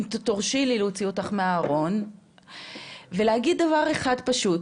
אם תרשי לי להוציא אותך מהארון ולהגיד דבר אחד פשוט,